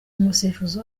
umusifuzi